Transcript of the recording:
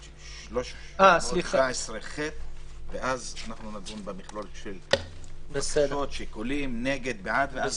הסעיף ואז נדון במכלול השיקולים, נגד, בעד, ואז